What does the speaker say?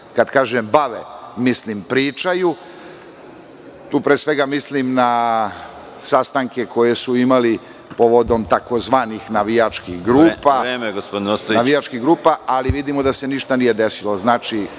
kad kažem bave, mislim pričaju. Tu pre svega mislim na sastanke koje su imali povodom takozvanih navijačkih grupa …(Predsedavajući: Vreme